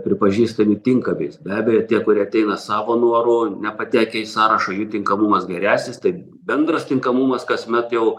pripažįstami tinkamais be abejo tie kurie ateina savo noru nepatekę į sąrašą jų tinkamumas geresnis tai bendras tinkamumas kasmet jau